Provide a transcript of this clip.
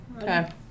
Okay